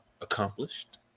accomplished